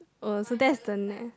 oh so that's the n~